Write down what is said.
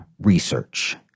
research